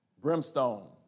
brimstone